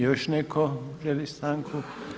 Još netko želi stanku?